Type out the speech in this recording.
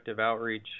outreach